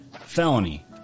felony